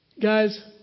Guys